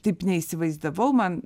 taip neįsivaizdavau man